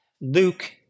Luke